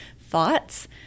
thoughts